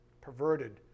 perverted